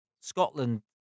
Scotland